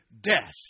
death